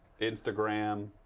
Instagram